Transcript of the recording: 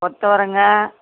கொத்தவரங்காய்